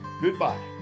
goodbye